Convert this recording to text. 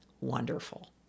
wonderful